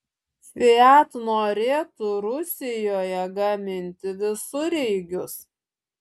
fiat norėtų rusijoje gaminti visureigius